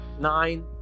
nine